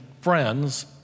friends